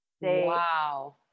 Wow